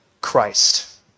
Christ